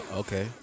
okay